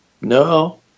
No